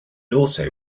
also